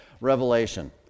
revelation